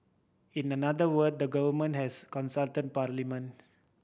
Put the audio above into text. in the other word the government has consult parliament